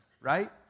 right